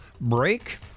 break